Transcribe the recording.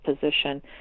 position